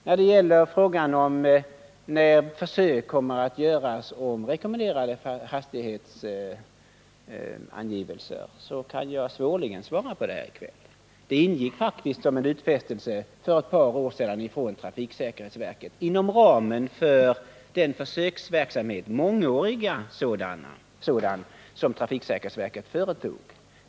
När det gäller frågan om när försök kommer att göras med rekommenderade hastigheter, kan jag svårligen ge något svar i kväll. För ett par år sedan hade trafiksäkerhetsverket faktiskt en utfästelse att göra prov inom ramen för sin mångåriga försöksverksamhet.